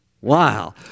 Wow